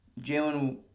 Jalen